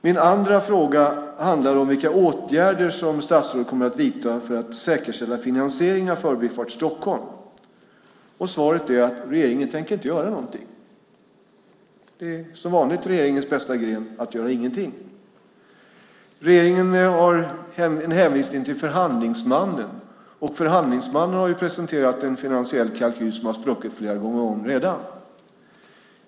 Min andra fråga handlar om vilka åtgärder statsrådet kommer att vidta för att säkerställa finansiering av Förbifart Stockholm. Och svaret är att regeringen inte tänker göra någonting. Det är som vanligt regeringens bästa gren att göra ingenting. Regeringen hänvisar till förhandlingsmannen, och förhandlingsmannen har ju presenterat en finansiell kalkyl som redan har spruckit flera gånger om.